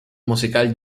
musical